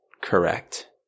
correct